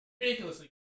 Ridiculously